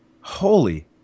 holy